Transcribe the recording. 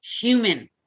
human